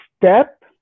step